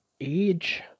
age